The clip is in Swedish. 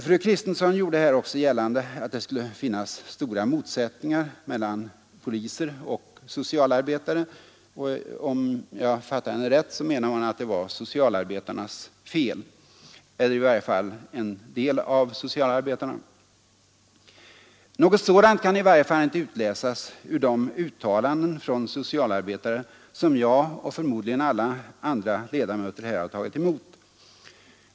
Fru Kristensson gjorde också gällande att det skulle finnas stora motsättningar mellan poliser och socialarbetare, och om jag fattade henne rätt menade hon att felet låg hos socialarbetarna eller åtminstone hos en del av socialarbetarna. Något sådant kan i varje fall inte utläsas ur de uttalanden från socialarbetare som jag och förmodligen alla andra ledamöter här har tagit emot.